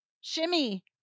shimmy